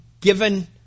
given